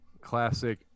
classic